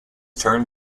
turned